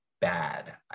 bad